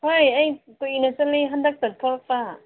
ꯍꯣꯏ ꯑꯩ ꯀꯨꯏꯅ ꯆꯠꯂꯤ ꯍꯟꯗꯛꯇ ꯊꯣꯛꯂꯛꯄ